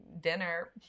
dinner